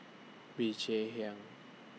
Bee Cheng Hiang